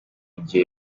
gihe